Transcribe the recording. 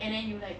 and then you like